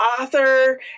author